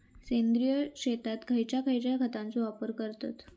सेंद्रिय शेतात खयच्या खयच्या खतांचो वापर करतत?